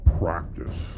practice